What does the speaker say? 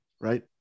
right